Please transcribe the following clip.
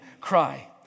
cry